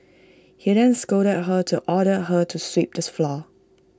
he then scolded her and ordered her to sweep the floor